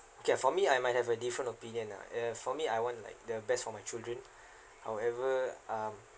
okay ah for me I might have a different opinion lah uh for me I want like the best for my children however um